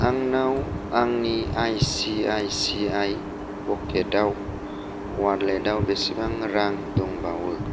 आंनाव आंनि I C I C I प'केटआव वालेटाव बेसेबां रां दंबावो